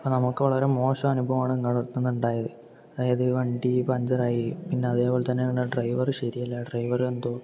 അപ്പോൾ നമുക്ക് ഭയങ്കര മോശം അനുഭവമാണ് നിങ്ങളെ അടുത്ത് നിന്ന് ഉണ്ടായത് അതായത് വണ്ടി പഞ്ചറായി പിന്നെ അതേപോലെ തന്നെ പിന്നെ ഡ്രൈവർ ശരിയല്ല ഡ്രൈവർ എന്തോ